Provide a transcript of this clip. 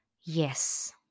yes